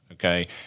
Okay